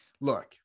look